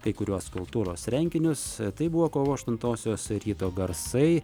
kai kuriuos kultūros renginius tai buvo kovo aštuntosios ryto garsai